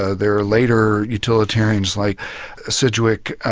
ah there are later utilitarians like sedgwick,